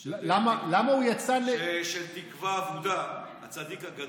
של תקווה אבודה, הצדיק הגדול.